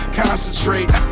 concentrate